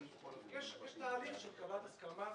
יש תהליך של קבלת הסכמה.